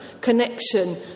connection